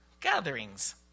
gatherings